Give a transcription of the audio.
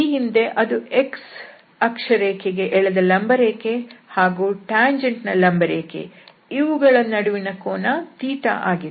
ಈ ಹಿಂದೆ ಅದು x ಅಕ್ಷರೇಖೆ ಗೆ ಎಳೆದ ಲಂಬರೇಖೆ ಹಾಗೂ ಟ್ಯಾಂಜೆಂಟ್ನ ಲಂಬರೇಖೆ ಇವುಗಳ ನಡುವಿನ ಕೋನ ಆಗಿತ್ತು